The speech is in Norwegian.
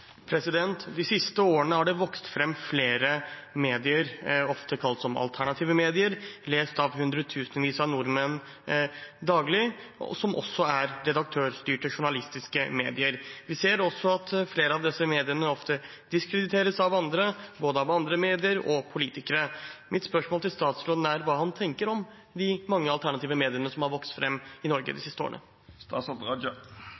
De siste årene har det vokst fram flere medier, ofte kalt alternative medier, lest av hundretusenvis av nordmenn daglig, som også er redaktørstyrte journalistiske medier. Vi ser også at flere av disse mediene ofte diskuteres av andre, både andre medier og politikere. Mitt spørsmål til statsråden er: Hva tenker han om de mange alternative mediene som har vokst fram i Norge